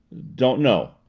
don't know,